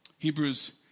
Hebrews